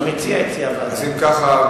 אם כך,